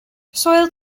soil